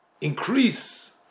increase